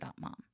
mom